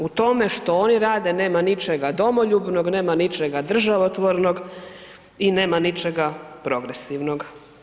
U tome što oni rade, nema ničega domoljubnog, nema ničega državotvornog i nema ničega progresivnog.